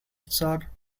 sir